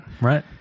right